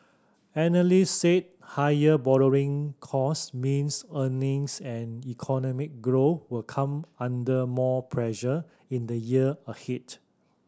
analyst say higher borrowing cost means earnings and economic growth will come under more pressure in the year ahead